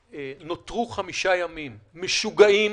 נותרו חמישה ימים; משוגעים,